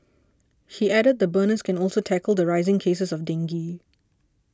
he added the burners can also tackle the rising cases of dengue